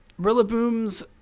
Rillaboom's